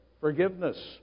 Forgiveness